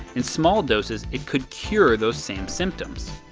in small doses it could cure those same symptoms.